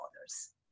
others